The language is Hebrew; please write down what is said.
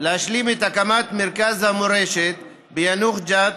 להשלים את הקמת מרכז המורשת ביאנוח-ג'ת